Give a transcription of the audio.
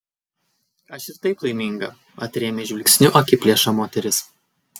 aš ir taip laiminga atrėmė žvilgsniu akiplėšą moteris